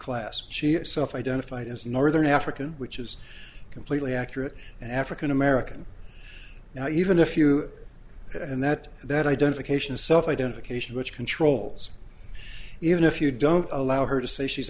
class she itself identified as northern african which is completely accurate and african american now even if you and that that identification is self identification which controls even if you don't allow her to say she's